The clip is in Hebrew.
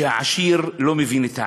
שהעשיר לא מבין את העני.